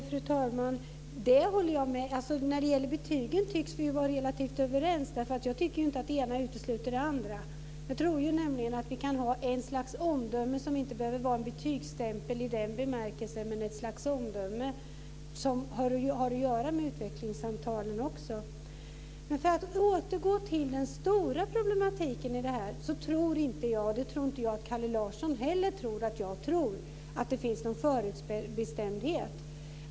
Fru talman! Det håller jag med om. När det gäller betygen tycks vi vara relativt överens. Jag tycker inte att det ena utesluter det andra. Jag tror att vi kan ha ett slags omdöme som inte behöver vara en betygsstämpel i den bemärkelsen men ett slags omdöme som också har att göra med utvecklingssamtalen. Men för att återgå till den stora problematiken i det här tror inte jag - och jag tror inte heller att Kalle Larsson tror att jag tror det - att det finns någon förutbestämdhet.